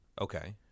Okay